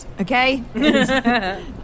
Okay